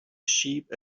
sheep